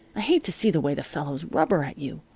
i hate to see the way the fellows rubber at you.